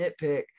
nitpick